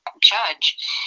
judge